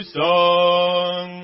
song